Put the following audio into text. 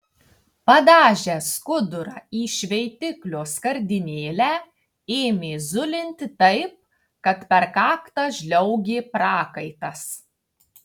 padažęs skudurą į šveitiklio skardinėlę ėmė zulinti taip kad per kaktą žliaugė prakaitas